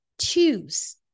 choose